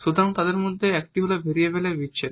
সুতরাং তাদের মধ্যে একটি হল ভেরিয়েবলের বিচ্ছেদ